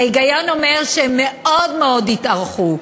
ההיגיון אומר שהם מאוד מאוד יתארכו.